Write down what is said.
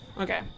okay